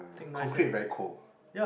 concrete very cold